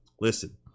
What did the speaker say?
listen